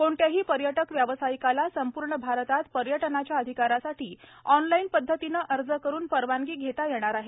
कोणत्याही पर्यटक व्यावसायिकाला संपूर्ण भारतात पर्यटनाच्या अधिकारासाठी ऑनलाईन पद्धतीने अर्ज करून परवानगी घेता येणार आहे